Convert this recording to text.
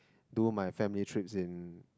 do my family trips in